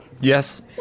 Yes